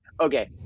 Okay